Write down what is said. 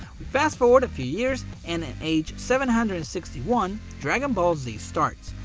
we fast forward a few years and in age seven hundred and sixty one dragon ball z starts.